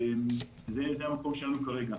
זה המקום שלנו כרגע.